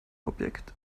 objekt